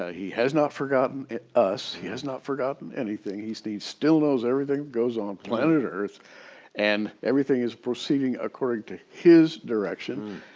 ah he has not forgotten us, he has not forgotten anything. he still still knows everything that goes on planet earth and everything is proceeding according to his direction,